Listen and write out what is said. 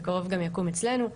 בקרוב גם יקום אצלנו.